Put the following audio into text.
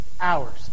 hours